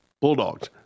Bulldogs